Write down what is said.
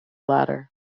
latter